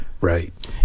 Right